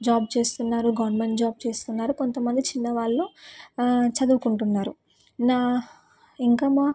job చేస్తున్నారు government job చేస్తున్నారు కొంతమంది చిన్నవాళ్ళు చదువుకుంటున్నారు నా ఇంకా మా